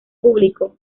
público